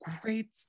great